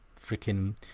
freaking